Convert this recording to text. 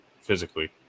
physically